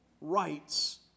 rights